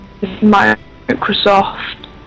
Microsoft